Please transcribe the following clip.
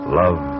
love